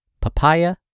Papaya